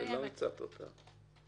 ולא הצעת אותה.